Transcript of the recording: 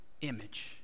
image